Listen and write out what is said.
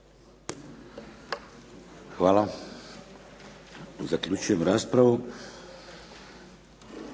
Hvala. Zaključujem raspravu.